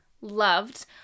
Loved